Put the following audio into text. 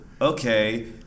okay